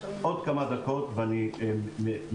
עוד כמה דקות ואני מסיים.